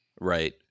Right